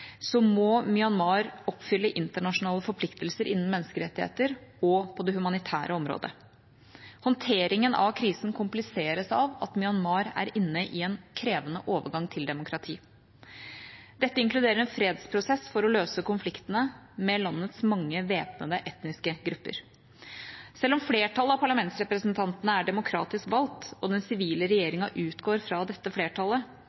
må Myanmar oppfylle internasjonale forpliktelser innen menneskerettigheter og på det humanitære området. Håndteringen av krisen kompliseres av at Myanmar er inne i en krevende overgang til demokrati. Dette inkluderer en fredsprosess for å løse konfliktene med landets mange væpnede etniske grupper. Selv om flertallet av parlamentsrepresentantene er demokratisk valgt, og den sivile regjeringa utgår fra dette flertallet,